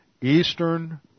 Eastern